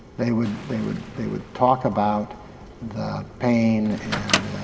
they would they would they would talk about the pain and